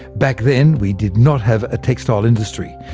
back then, we did not have a textile industry,